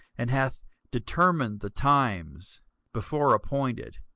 and hath determined the times before appointed,